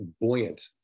buoyant